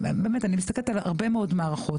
באמת אני מסתכלת על הרבה מאוד מערכות,